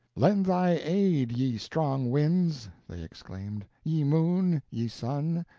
lend thy aid, ye strong winds, they exclaimed, ye moon, ye sun,